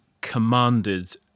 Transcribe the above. commanded